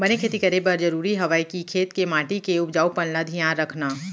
बने खेती करे बर जरूरी हवय कि खेत के माटी के उपजाऊपन ल धियान रखना